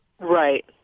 Right